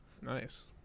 Nice